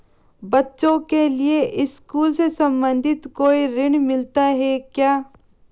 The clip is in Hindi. बच्चों के लिए स्कूल से संबंधित कोई ऋण मिलता है क्या?